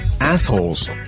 Assholes